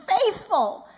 faithful